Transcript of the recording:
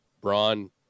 Braun